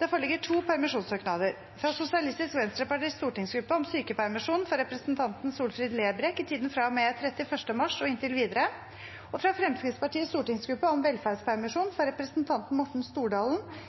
Det foreligger to permisjonssøknader: fra Sosialistisk Venstrepartis stortingsgruppe om sykepermisjon for representanten Solfrid Lerbrekk i tiden fra og med 31. mars og inntil videre fra Fremskrittspartiets stortingsgruppe om velferdspermisjon for representanten Morten Stordalen